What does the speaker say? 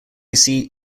seat